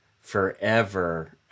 forever